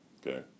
Okay